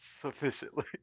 sufficiently